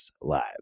live